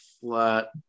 Flat